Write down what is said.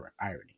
irony